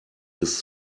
ist